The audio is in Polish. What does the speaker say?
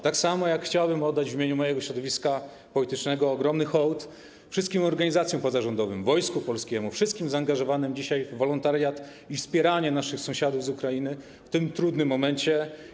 Tak samo chciałbym oddać w imieniu mojego środowiska politycznego ogromny hołd wszystkim organizacjom pozarządowym, Wojsku Polskiemu, wszystkim zaangażowanym dzisiaj w wolontariat i wspieranie naszych sąsiadów z Ukrainy w tym trudnym momencie.